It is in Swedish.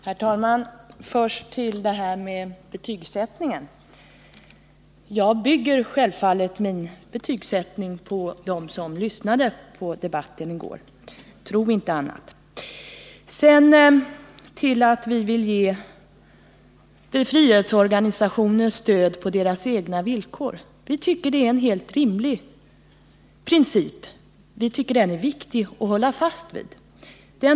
Herr talman! Jag bygger självfallet min betygsättning på dem som lyssnade på debatten i går. Tro inte annat! Vi vill ge befrielserörelser stöd på deras egna villkor. Vi tycker det är en helt rimlig princip, och vi tycker det är viktigt att hålla fast vid den.